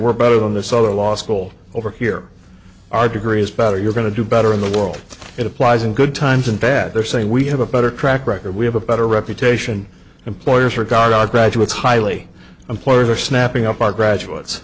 we're better than the solar law school over here our degree is better you're going to do better in the world it applies in good times and bad they're saying we have a better track record we have a better reputation employers regard our graduates highly employers are snapping up our graduates